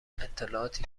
اطلاعاتی